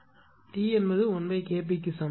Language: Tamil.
எனவே டி என்பது 1K p க்கு சமம்